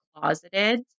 closeted